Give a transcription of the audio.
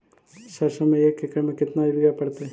सरसों में एक एकड़ मे केतना युरिया पड़तै?